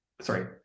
sorry